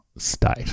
state